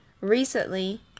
recently